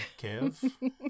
Kev